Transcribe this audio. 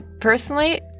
Personally